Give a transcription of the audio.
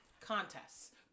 Contests